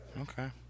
Okay